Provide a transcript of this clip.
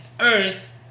Earth